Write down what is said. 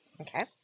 Okay